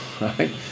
right